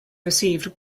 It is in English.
received